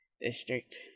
district